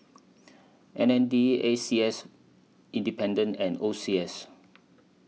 M N D A C S Independent and O C S